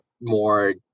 more